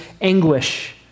anguish